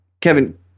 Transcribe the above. Kevin